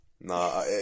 Nah